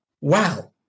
wow